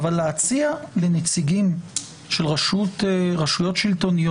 אתם לא עוקבים בשגרה אחרי אופן הפעלת הסמכויות,